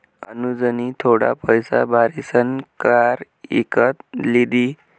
अनुजनी थोडा पैसा भारीसन कार इकत लिदी